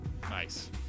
Nice